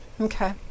Okay